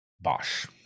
Bosch